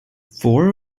four